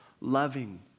loving